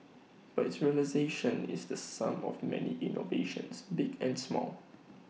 but its realisation is the sum of many innovations big and small